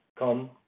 come